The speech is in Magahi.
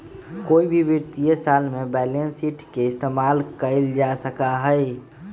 कोई भी वित्तीय साल में बैलेंस शीट के इस्तेमाल कइल जा सका हई